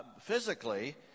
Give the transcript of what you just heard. physically